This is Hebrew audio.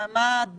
מה הממצא הזה?